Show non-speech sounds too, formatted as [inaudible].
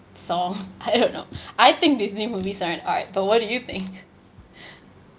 song I don't know I think Disney movies are an art but what do you think [breath]